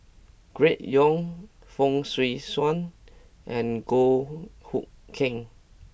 Gregory Yong Fong Swee Suan and Goh Hood Keng